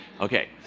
Okay